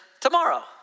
tomorrow